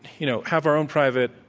you know, have our own private,